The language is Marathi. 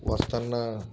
वाचताना